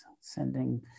sending